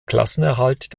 klassenerhalt